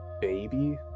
baby